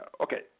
okay